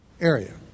area